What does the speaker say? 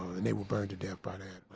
and they were burned to death by that.